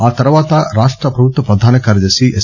ఆ తర్వాత రాష్ట ప్రభుత్వ ప్రధాన కార్యదర్శి ఎస్